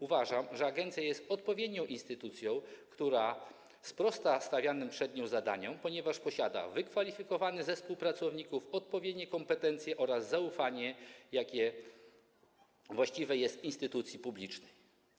Uważam, że agencja jest odpowiednią instytucją, która sprosta stawianym przed nią zadaniom, ponieważ posiada wykwalifikowany zespół pracowników, odpowiednie kompetencje oraz zaufanie, jakie właściwe jest instytucji publicznej.